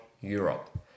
Europe